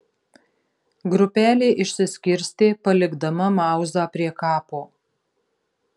grupelė išsiskirstė palikdama mauzą prie kapo